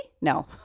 No